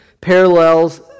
parallels